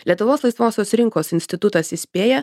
lietuvos laisvosios rinkos institutas įspėja